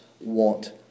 want